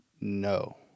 No